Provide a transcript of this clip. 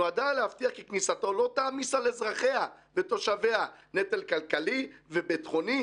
נועדה להבטיח כי כניסתו לא תעמיס על אזרחיה ותושביה נטל כלכלי וביטחוני,